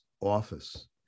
office